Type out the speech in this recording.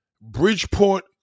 Bridgeport